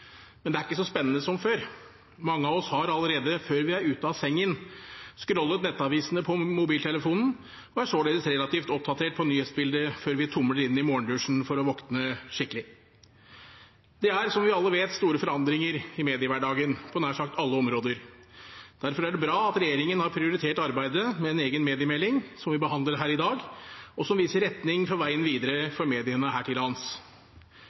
men det er ikke så spennende som før. Mange av oss har allerede før vi er ute av sengen, scrollet nettavisene på mobiltelefonen – og er således relativt oppdatert på nyhetsbildet før vi tumler inn i morgendusjen for å våkne skikkelig. Det er, som vi alle vet, store forandringer i mediehverdagen på nær sagt alle områder. Derfor er det bra at regjeringen har prioritert arbeidet med en egen mediemelding, som vi behandler her i dag – og som viser retning for veien videre for mediene her til lands.